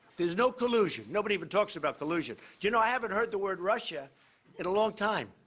there's no collusion. nobody even talks about collusion. do you know, i haven't heard the word russia in a long time.